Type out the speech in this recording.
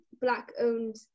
black-owned